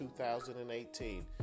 2018